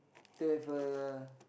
to have a